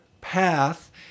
path